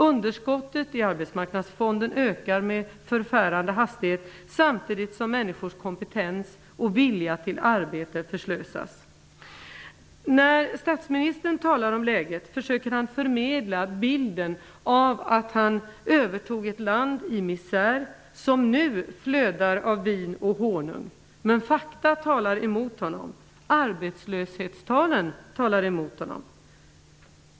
Underskottet i Arbetsmarknadsfonden ökar med förfärande hastighet samtidigt som människors kompetens och vilja till arbete förslösas. När statsministern talar om läget försöker han förmedla bilden av att han övertog ett land i misär och att det nu flödar av vin och honung. Men fakta talar mot honom. Arbetslöshetstalen talar mot honom.